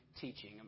teaching